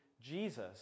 Jesus